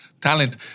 talent